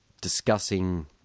discussing